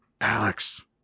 Alex